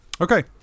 Okay